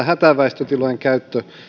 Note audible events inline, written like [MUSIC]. [UNINTELLIGIBLE] hätäväistötilojen käyttö